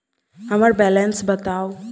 हम्मर बैलेंस बताऊ